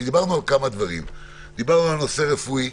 כי דיברנו על כמה דברים: דיברנו על הנושא הרפואי